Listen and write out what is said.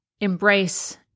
embrace